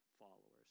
followers